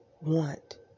want